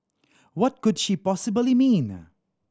what could she possibly mean